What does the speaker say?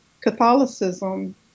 Catholicism